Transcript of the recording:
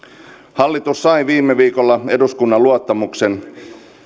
hallitus sai viime viikolla eduskunnan luottamuksen